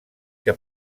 que